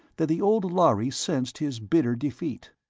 that the old lhari sensed his bitter defeat.